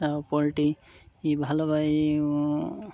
তা পোলট্রি এই ভালোভাবে